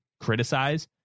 criticize